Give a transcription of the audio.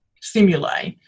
stimuli